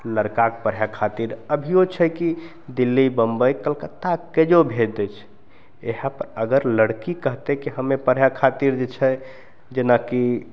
लड़िकाके पढ़य खातिर अभियो छै कि दिल्ली बम्बइ कलकत्ता केयो भेज दै छै इएह पर अगर लड़की कहतइ कि हमे पढ़य खातिर जे छै जेनाकि